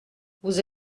vous